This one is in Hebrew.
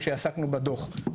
כשעסקנו בדוח.